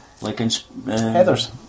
Heathers